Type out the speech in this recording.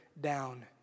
down